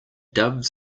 doves